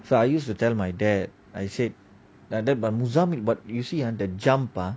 so I used to tell my dad I said musambi but you see ah the jump ah